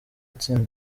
atsinda